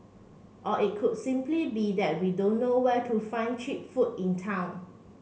or it could simply be that we don't know where to find cheap food in town